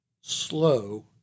slow